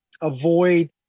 avoid